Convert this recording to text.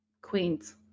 Queens